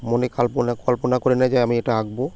মনে কাল্পনা কল্পনা করে নেয় যে আমি এটা আঁকবো